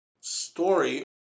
story